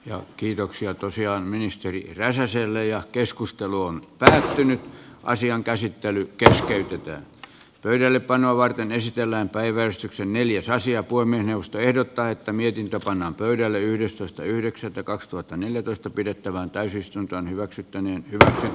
ja kiitoksia tosiaan ministeri räsäselle ja keskustelu on pysähtynyt asian käsittely keskeytyy työn pöydälle panoa varten esitellään päiväys neljäsosia voimme nousta ehdottaa että mihinkä pannaan pöydälle yhdestoista yhdeksättä kaksituhattaneljätoista pidettävään täysistuntoon hyväksytty niin hyvää